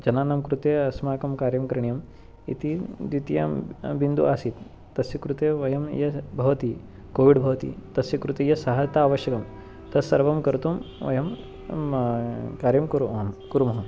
जनानां कृते अस्माकं कार्यं करणीयम् इति द्वितीयं बिन्दुः आसीत् तस्य कृते वयं यत् भवति कोविड् भवति तस्य कृते या सहायता अवश्यकी तत्सर्वं कर्तुं वयं कार्यं कुर्मः कुर्मः